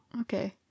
Okay